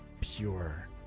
pure